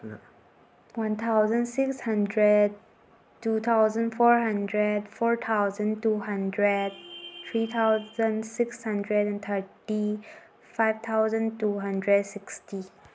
one thousand six hundred two thousand four hundred four thousand two hundred three thousand six hundred and thirty five thousand two hundred sixty